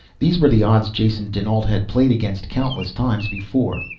these were the odds jason dinalt had played against countless times before.